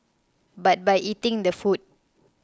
but by eating the food